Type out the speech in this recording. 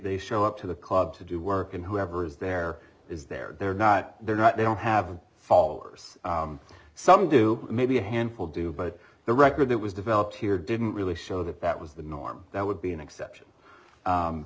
show up to the club to do work and whoever's there is there they're not they're not they don't have followers some do maybe a handful do but the record that was developed here didn't really show that that was the norm that would be an exception